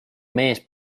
mees